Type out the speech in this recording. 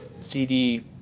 CD